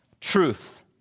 Truth